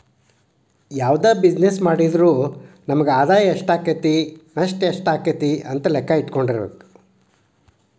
ಯಾವ್ದ ಬಿಜಿನೆಸ್ಸ್ ಮಾಡಿದ್ರು ನಮಗ ಆದಾಯಾ ಎಷ್ಟಾಕ್ಕತಿ ನಷ್ಟ ಯೆಷ್ಟಾಕ್ಕತಿ ಅಂತ್ ಲೆಕ್ಕಾ ಇಟ್ಕೊಂಡಿರ್ಬೆಕು